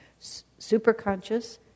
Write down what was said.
Superconscious